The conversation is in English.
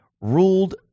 ruled